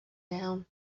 down